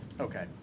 Okay